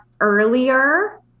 earlier